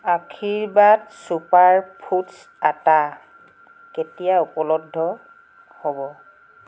আশীৰ্বাদ super foods atta কেতিয়া উপলব্ধ হ'ব